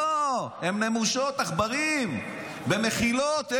לא, הם נמושות, עכברים, במחילות.